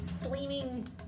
flaming